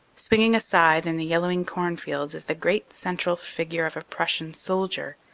swinging a scythe in the yellowing cornfields is the great central figure of a prussian soldier,